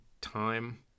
time